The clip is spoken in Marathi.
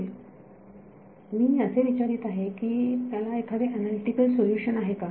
विद्यार्थी होय मी असे विचारीत आहे की की त्याला एखादे अनालीटिकल सोल्युशन आहे का